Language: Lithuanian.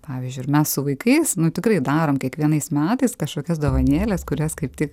pavyzdžiui ir mes su vaikais tikrai darom kiekvienais metais kažkokias dovanėles kurias kaip tik